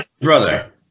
brother